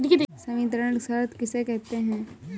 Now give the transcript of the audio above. संवितरण शर्त किसे कहते हैं?